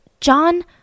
John